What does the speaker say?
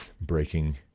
breaking